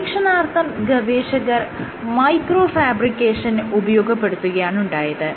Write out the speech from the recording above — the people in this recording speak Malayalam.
പരീക്ഷണാർത്ഥം ഗവേഷകർ മൈക്രോ ഫാബ്രിക്കേഷൻ ഉപയോഗപ്പെടുത്തുകയാണുണ്ടായത്